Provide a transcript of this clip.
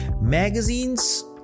magazines